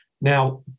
Now